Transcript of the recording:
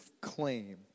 claim